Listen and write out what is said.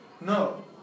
No